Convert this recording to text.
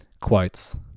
quotes